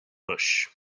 bush